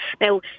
Now